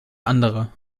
andere